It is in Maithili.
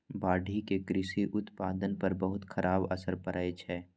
बाढ़ि के कृषि उत्पादन पर बहुत खराब असर पड़ै छै